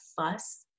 fuss